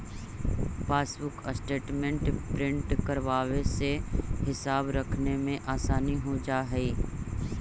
passbook statement print करवावे से हिसाब रखने में आसानी हो जा हई